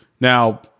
Now